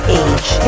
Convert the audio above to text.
age